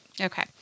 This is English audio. Okay